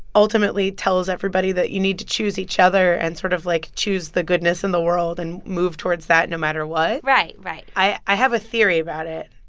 ultimately tells everybody that you need to choose each other and sort of, like, choose the goodness in the world and move towards that no matter what right. right i have a theory about it.